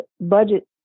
budget